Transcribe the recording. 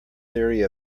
theory